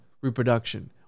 reproduction